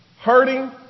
hurting